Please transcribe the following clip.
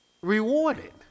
rewarded